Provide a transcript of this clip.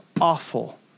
awful